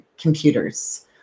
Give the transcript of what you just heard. computers